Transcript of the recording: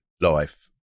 life